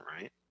right